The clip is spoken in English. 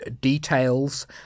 details